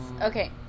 okay